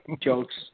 Jokes